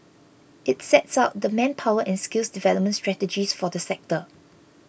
it sets out the manpower and skills development strategies for the sector